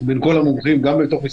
כפי שאני רואה את זה,